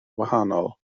wahanol